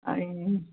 ए